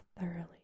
thoroughly